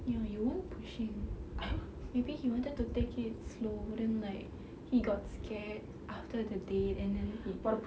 you you won't push him maybe he wanted to take it slow then like he got scared after the date and then he